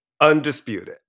Undisputed